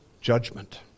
judgment